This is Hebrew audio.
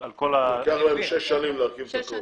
--- לוקח להם שש שנים להרכיב את הכול.